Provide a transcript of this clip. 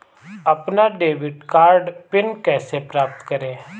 अपना debit card PIN कैसे प्राप्त करें?